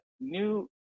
new